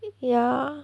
ya